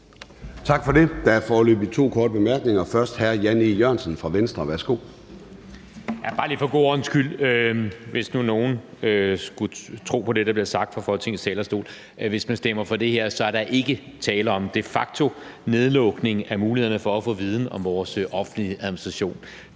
Tak for det. Der er foreløbig to korte bemærkninger. Først hr. Jan E. Jørgensen fra Venstre. Værsgo. Kl. 10:39 Jan E. Jørgensen (V): Bare lige for god ordens skyld, hvis nu nogen skulle tro på det, der bliver sagt fra Folketingets talerstol. Hvis man stemmer for det her, er der ikke tale om de facto-nedlukning af mulighederne for at få viden om vores offentlige administration.